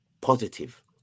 positive